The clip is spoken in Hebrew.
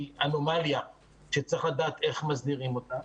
אנומליה שצריך לדעת איך מסבירים אותה.